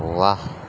واہ